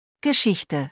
Geschichte